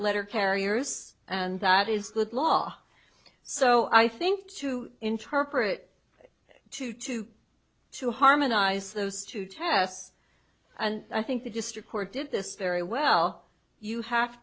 letter carriers and that is good law so i think to interpret to to to harmonize those two tests and i think the district court did this very well you have